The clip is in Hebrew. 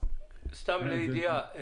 סתם לידיעה.